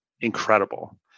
incredible